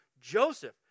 Joseph